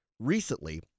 Recently